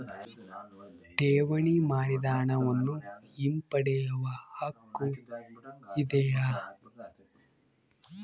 ಠೇವಣಿ ಮಾಡಿದ ಹಣವನ್ನು ಹಿಂಪಡೆಯವ ಹಕ್ಕು ಇದೆಯಾ?